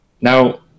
Now